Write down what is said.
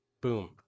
Boom